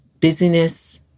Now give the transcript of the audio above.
busyness